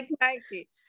Nike